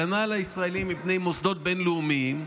הגנה על ישראלים מפני מוסדות בין-לאומיים,